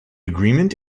agreement